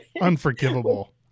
Unforgivable